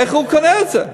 איך הוא קורא לזה?